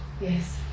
Yes